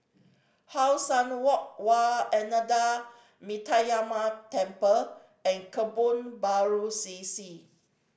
How Sun Walk Wat Ananda Metyarama Temple and Kebun Baru C C